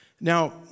Now